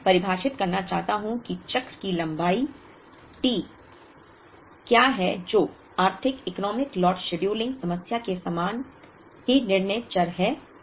अब मैं परिभाषित करना चाहता हूं कि चक्र की लंबाई T क्या है जो आर्थिक इकनोमिक लॉट शेड्यूलिंग समस्या के समान ही निर्णय चर है